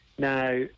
Now